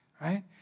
right